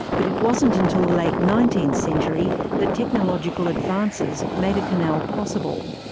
but it wasn't until the late nineteenth century that technological advances made a canal possible.